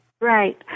Right